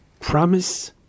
promise